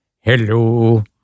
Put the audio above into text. Hello